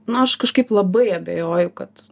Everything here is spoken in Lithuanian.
nu aš kažkaip labai abejoju kad